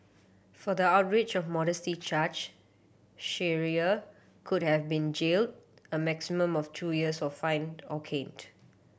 for the outrage of modesty charge Shearer could have been jailed a maximum of two years of fined or caned